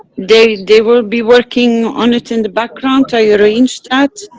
they. they will be working on it in the background, i arranged that.